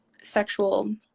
sexual